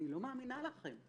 לא מאמינה לכם.